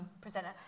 presenter